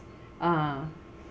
ah